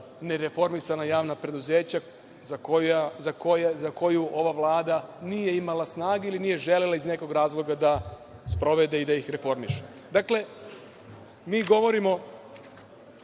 nereformisana javna preduzeća za koje ova Vlada nije imala snage ili nije želela iz nekog razloga sprovede i da ih reformiše. Dakle, mi govorimo